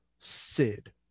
sid